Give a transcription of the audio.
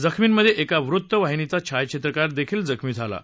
जखमींमध्ये वृत्त वाहिनीचा छायाचित्रकार देखील जखमी झाला आहे